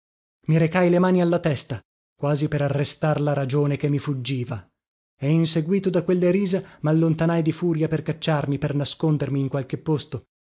i recai le mani alla testa quasi per arrestar la ragione che mi fuggiva e inseguito da quelle risa mallontanai di furia per cacciarmi per nascondermi in qualche posto